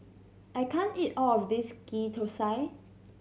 I can't eat all of this Ghee Thosai